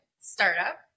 startup